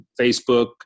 Facebook